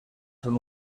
son